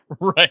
Right